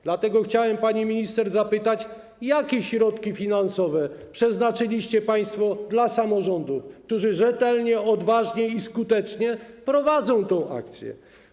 Dlatego chciałem panią minister zapytać, jakie środki finansowe przeznaczyliście państwo dla samorządu, który rzetelnie, odważnie i skutecznie prowadzi tę akcję.